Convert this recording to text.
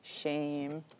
shame